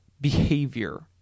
behavior